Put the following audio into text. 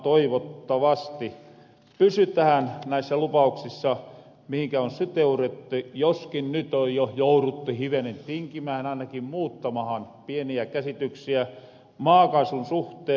toivottavasti pysytähän näissä lupauksissa mihinkä on sitouduttu joskin nyt on jo jouruttu hivenen tinkimään ainakin muuttamahan pieniä käsityksiä maakaasun suhteen